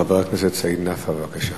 חבר הכנסת סעיד נפאע, בבקשה.